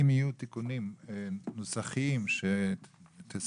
אם יהיו תיקונים נוסחיים שתסכמו,